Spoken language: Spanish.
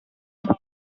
hola